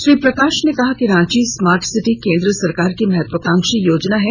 श्री प्रकाश ने कहा कि रांची स्मार्ट सिटी केंद्र सरकार की महत्वाकांक्षी योजना है